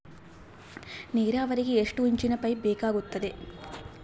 ನೇರಾವರಿಗೆ ಎಷ್ಟು ಇಂಚಿನ ಪೈಪ್ ಬೇಕಾಗುತ್ತದೆ?